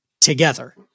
together